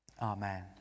Amen